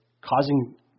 causing